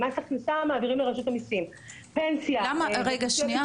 מס הכנסה מעבירים לרשות המיסים --- למה מס הכנסה?